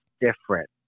different